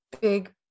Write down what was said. big